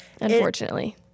Unfortunately